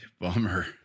Bummer